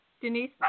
Denise